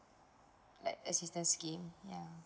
like assistance scheme ya